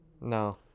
no